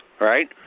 right